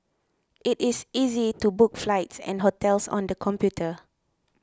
it is easy to book flights and hotels on the computer